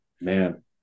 man